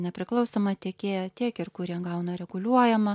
nepriklausomą tiekėją tiek ir kurie gauna reguliuojamą